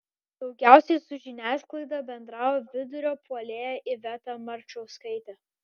daugiausiai su žiniasklaida bendravo vidurio puolėja iveta marčauskaitė